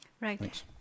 Right